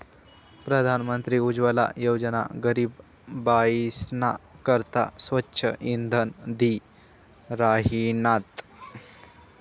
प्रधानमंत्री उज्वला योजना गरीब बायीसना करता स्वच्छ इंधन दि राहिनात